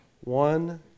One